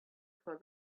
for